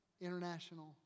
International